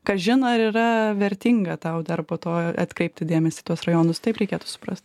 kas žino ar yra vertinga tau dar po to atkreipti dėmesį į tuos rajonus taip reikėtų suprast